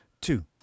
two